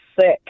sick